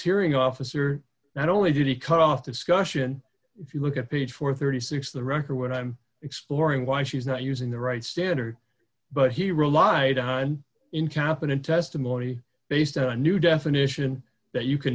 hearing officer not only did he cut off discussion if you look at page four hundred and thirty six the record what i'm exploring why she's not using the right standard but he relied on incompetent testimony based on a new definition that you can